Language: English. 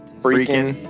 freaking